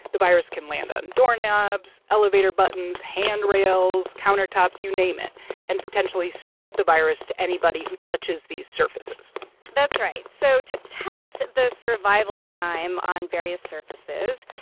the virus can land on doorknobs, elevator buttons, handrails, countertops you name it and potentially spread the virus to anybody who touches these surfaces that's right. so to test the survival time on various surfaces,